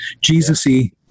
jesus-y